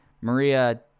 Maria